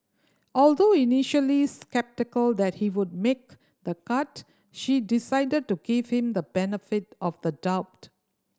although initially sceptical that he would make the cut she decided to give him the benefit of the doubt